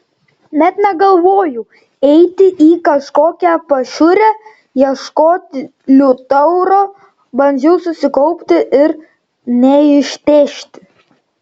net negalvojau eiti į kažkokią pašiūrę ieškoti liutauro bandžiau susikaupti ir neištežti